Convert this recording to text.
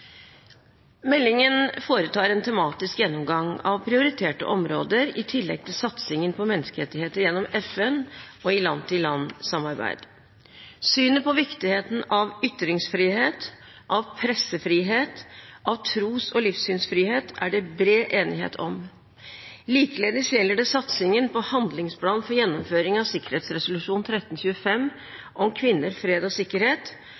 Meldingen foretar en tematisk gjennomgang av prioriterte områder i tillegg til satsingen på menneskerettigheter gjennom FN og i land-til-land-samarbeid. Synet på viktigheten av ytringsfrihet, av pressefrihet, av tros- og livssynsfrihet er det bred enighet om, og likeledes satsingen på handlingsplan for gjennomføringen av FNs sikkerhetsrådsresolusjon 1325 om kvinner, fred og sikkerhet